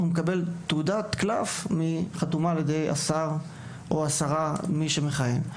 הוא מקבל תעודת קלף חתומה על ידי השר או השרה המכהנים.